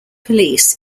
police